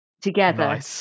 together